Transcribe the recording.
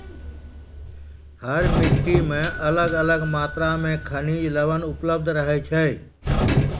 हर मिट्टी मॅ अलग अलग मात्रा मॅ खनिज लवण उपलब्ध रहै छै